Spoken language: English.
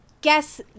guess